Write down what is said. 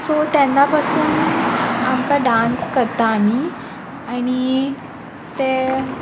so तेन्ना पासून आमकां डांस करता आमी आनी तें